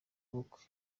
ubukwe